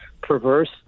perverse